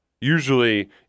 Usually